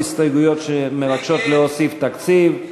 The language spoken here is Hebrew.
הסתייגויות שמבקשות להוסיף תקציב.